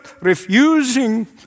refusing